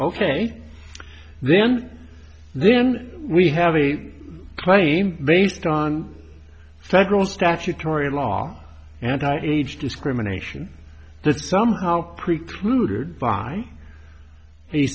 ok then then we have a claim based on federal statutory law and age discrimination that somehow precluded by the